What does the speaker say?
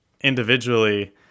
individually